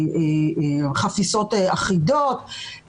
חפיסות אחידות,